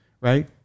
right